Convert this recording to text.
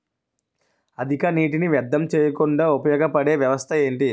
అధిక నీటినీ వ్యర్థం చేయకుండా ఉపయోగ పడే వ్యవస్థ ఏంటి